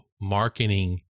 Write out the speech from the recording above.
marketing